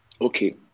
Okay